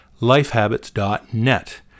lifehabits.net